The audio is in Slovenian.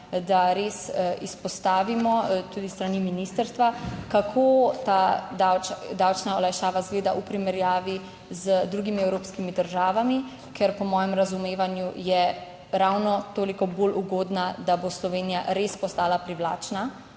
da res izpostavimo tudi s strani ministrstva, kako ta davčna olajšava izgleda v primerjavi z drugimi evropskimi državami, ker po mojem razumevanju je ravno toliko bolj ugodna, da bo Slovenija res postala privlačna